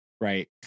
Right